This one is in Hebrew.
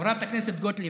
חברת הכנסת גוטליב,